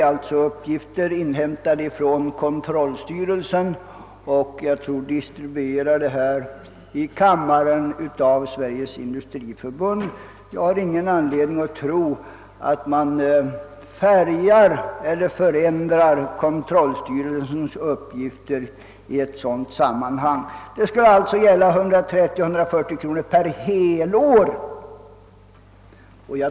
Detta är uppgifter in hämtade från kontrollstyrelsen. Jag har ingen anledning att tro att man färgar eller förändrar kontrollstyrelsens uppgifter i ett sådant sammanhang. Det skall alltså gälla 130—140 miljoner per helår.